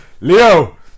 Leo